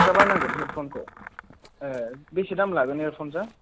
extra बायनांगोन हेदफनखौ ए बेसे दाम लागोन हेदफनआ